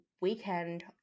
weekend